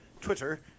Twitter